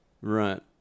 Right